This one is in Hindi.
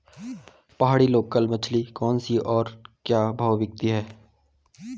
पहाड़ी लोकल मछली कौन सी है और क्या भाव बिकती है?